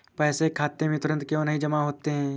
पैसे खाते में तुरंत क्यो नहीं जमा होते हैं?